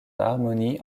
harmony